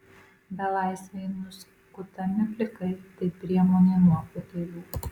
belaisviai nuskutami plikai tai priemonė nuo utėlių